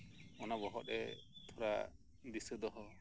ᱚᱱᱟ ᱵᱚᱦᱚᱜ ᱨᱮ ᱛᱷᱚᱲᱟ ᱫᱤᱥᱟᱹ ᱫᱚᱦᱚ